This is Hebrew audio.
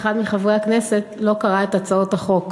אחד מחברי הכנסת לא קרא את הצעות החוק,